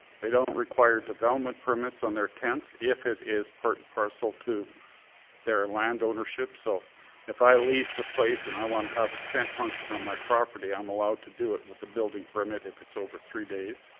they don't require development permits on their tents if it is parcel to their land ownership. so if i lease a place and i want to have a tent function on my property i'm allowed to do it with the building permit if it's over three days.